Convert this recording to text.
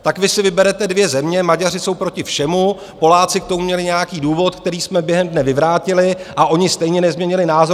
Tak vy si vyberete dvě země Maďaři jsou proti všemu, Poláci k tomu měli nějaký důvod, který jsme během dne vyvrátili, a oni stejně nezměnili názor.